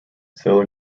still